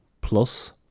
plus